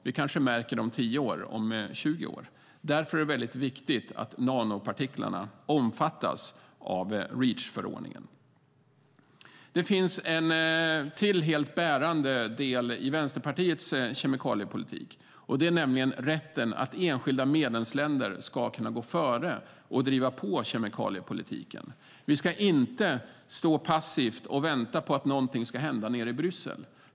Vi kanske märker konsekvenserna först om 10 eller 20 år. Därför är det viktigt att nanopartiklarna omfattas av Reachförordningen. Det finns en till helt bärande del i Vänsterpartiets kemikaliepolitik, nämligen rätten för enskilda medlemsländer att gå före och driva på kemikaliepolitiken. Vi ska inte stå passivt och vänta på att någonting ska hända i Bryssel.